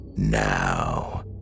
Now